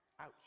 Ouch